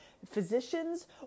Physicians